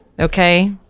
Okay